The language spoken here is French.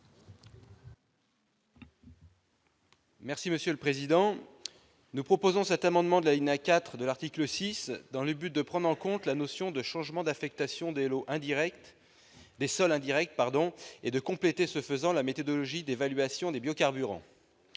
M. Guillaume Gontard. Nous proposons cet amendement à l'alinéa 4 de l'article 6 afin de prendre en compte la notion de changement d'affectation des sols indirect et de compléter, ce faisant, la méthodologie d'évaluation des biocarburants.